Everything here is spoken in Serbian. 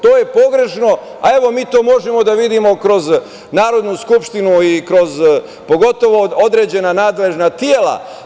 To je pogrešno, a evo mi to možemo da vidimo kroz Narodnu skupštinu, pogotovo kroz određena nadležna tela.